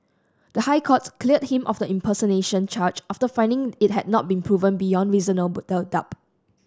the High Court cleared him of the impersonation charge after finding it had not been proven beyond doubt